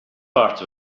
part